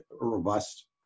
robust